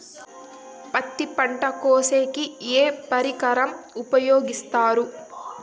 పత్తి పంట కోసేకి ఏ పరికరం ఉపయోగిస్తారు?